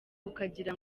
ukagira